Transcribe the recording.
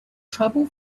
trouble